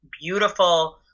beautiful